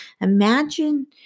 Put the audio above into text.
Imagine